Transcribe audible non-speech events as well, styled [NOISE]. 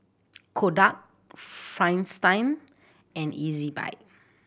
Kodak [UNINTELLIGIBLE] Fristine and Ezbuy